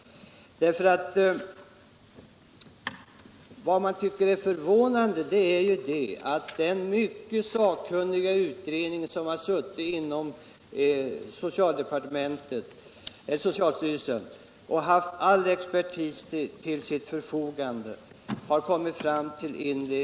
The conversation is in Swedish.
Det lagda budet svarar på intet sätt mot det resultat som den mycket sakkunniga utredningen inom socialstyrelsen kommit fram till.